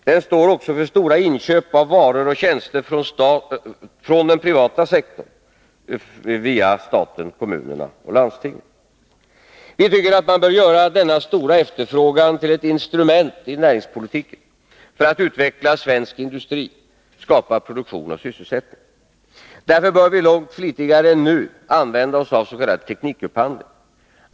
Den står också för stora inköp av varor och tjänster från den privata sektorn via staten, kommunerna och landstingen. Vi tycker att man bör göra denna stora efterfrågan till ett instrument i näringspolitiken för att utveckla svensk industri, skapa produktion och sysselsättning. Därför bör vi långt flitigare än nu använda oss avs.k. teknikupphandling.